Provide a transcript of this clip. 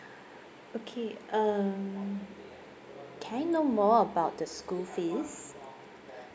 okay um can I know more about the school fees